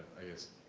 i guess,